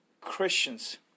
Christians